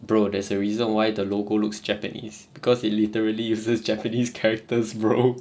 bro there's a reason why the logo looks japanese because it literally uses japanese characters bro